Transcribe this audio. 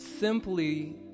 simply